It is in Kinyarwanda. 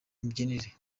mibyinire